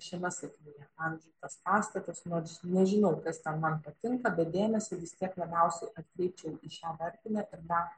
šiame sakinyje pavyzdžiui tas pastatas nors nežinau kas ten man patinka bet dėmesį vis tiek labiausiai atkreipčiau į šią tarpinę ir dar